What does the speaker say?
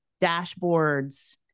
dashboards